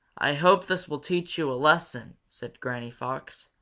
i hope this will teach you a lesson! said granny fox.